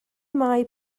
mae